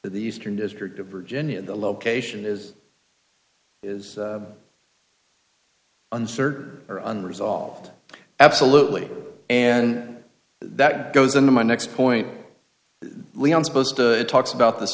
to the eastern district of virginia the location is is uncertain or unresolved absolutely and that goes into my next point leon supposed talks about this